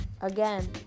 again